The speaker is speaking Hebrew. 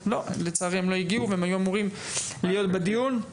לצערי הם לא הגיעו והם היו אמורים להיות בדיון.